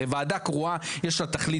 הרי לוועדה קרואה יש תכלית,